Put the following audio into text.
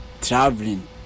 traveling